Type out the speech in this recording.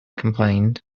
complained